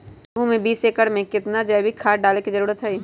गेंहू में बीस एकर में कितना जैविक खाद डाले के जरूरत है?